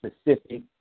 specific